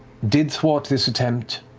did thwart this attempt.